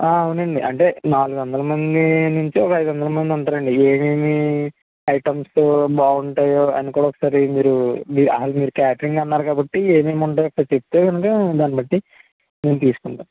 అవునండి అంటే నాలుగొందల మంది నుంచి ఒక ఐదొందల మంది ఉంటారండి ఏమేమి ఐటమ్సు బాగుంటాయో అని కూడా ఒకసారి మీరు క్యాటరింగ్ అన్నారు కాబట్టి ఏమేమి ఉంటాయి చెప్తే అండి దాని బట్టి మేము తీసుకుంటాం